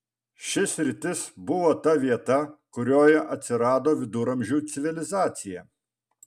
ši sritis buvo ta vieta kurioje atsirado viduramžių civilizacija